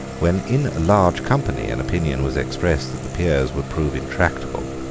when in a large company an opinion was expressed that the peers would prove intractable,